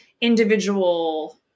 individual